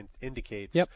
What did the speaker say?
indicates